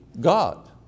God